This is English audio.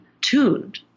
tuned